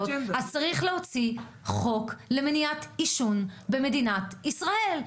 אז צריך להוציא חוק למניעת עישון במדינת ישראל.